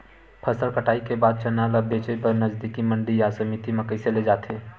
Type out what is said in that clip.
फसल कटाई के बाद चना ला बेचे बर नजदीकी मंडी या समिति मा कइसे ले जाथे?